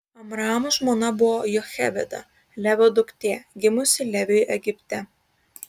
amramo žmona buvo jochebeda levio duktė gimusi leviui egipte